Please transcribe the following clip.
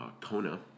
Kona